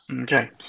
Okay